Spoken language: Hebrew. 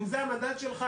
אם זה המדד שלך,